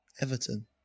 Everton